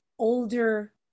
older